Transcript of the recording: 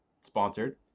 sponsored